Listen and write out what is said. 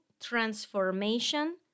transformation